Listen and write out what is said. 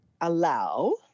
allow